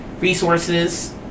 resources